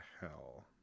hell